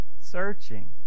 searching